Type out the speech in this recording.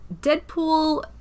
Deadpool